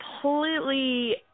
completely